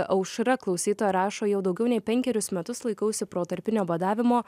aušra klausytoja rašo jau daugiau nei penkerius metus laikausi protarpinio badavimo